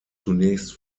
zunächst